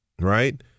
Right